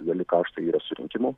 dideli kaštai yra surinkimo